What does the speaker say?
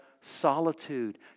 solitude